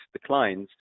declines